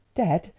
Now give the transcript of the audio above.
dead!